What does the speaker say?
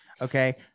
Okay